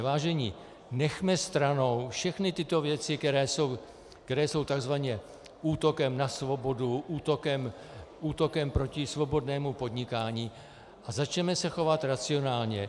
Vážení, nechme stranou všechny tyto věci, které jsou takzvaně útokem na svobodu, útokem proti svobodnému podnikání, a začněme se chovat racionálně.